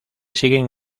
siguen